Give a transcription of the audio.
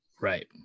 Right